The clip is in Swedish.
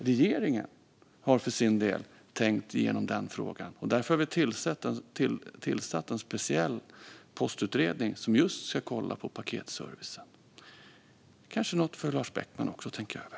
Regeringen har för sin del tänkt igenom denna fråga och därför tillsatt en speciell postutredning som ska kolla på just paketservicen. Det kanske är något även för Lars Beckman att tänka över.